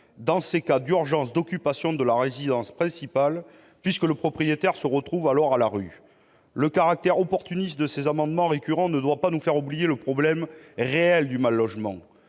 dans les cas d'urgence d'occupation de la résidence principale, puisque le propriétaire se retrouve alors à la rue. Le caractère opportuniste de ces amendements récurrents ne doit pas nous faire oublier le problème réel du mal-logement.